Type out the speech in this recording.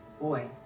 boy